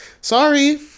sorry